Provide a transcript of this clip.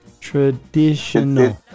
traditional